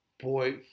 Boy